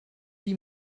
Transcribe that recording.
die